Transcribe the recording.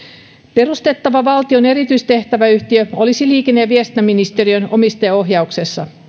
perustettava valtion erityistehtäväyhtiö olisi liikenne ja viestintäministeriön omistajaohjauksessa